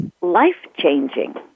life-changing